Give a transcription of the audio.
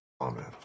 Amen